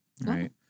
Right